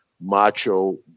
macho